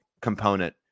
component